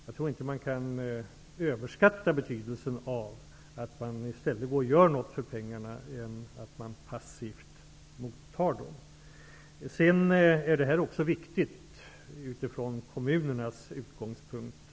Jag tror inte att man kan överskatta betydelsen av att göra något för pengarna i stället för att passivt motta dem. Det här är också viktigt från kommunernas utgångspunkter.